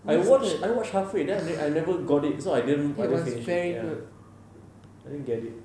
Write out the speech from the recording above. I watched halfway then I never got it so I never finish ya I didn't get it